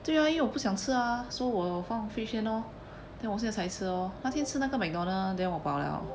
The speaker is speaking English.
对 lor 因为我不想吃啊 so 我放 fridge 先 lor then 我现在才吃哦那天吃那个 mcdonald then 我饱了